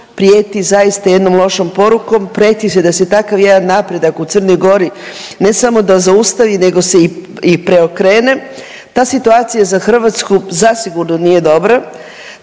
prijeti zaista jednom lošom porukom, prijeti se da se takav jedan napredak u Crnoj Gori ne samo da zaustavi, nego se i preokrene. Ta situacija za Hrvatsku zasigurno nije dobra.